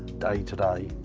day to day?